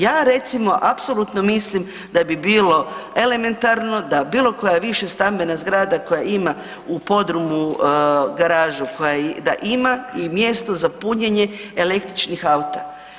Ja recimo apsolutno mislim da bi bilo elementarno da bilo koja višestambena zgrada koja ima u podrumu garažu da ima i mjesto za punjenje električnih auta.